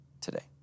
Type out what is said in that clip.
today